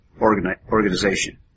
organization